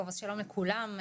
שלום לכולם,